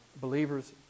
Believers